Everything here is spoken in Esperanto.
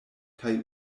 kaj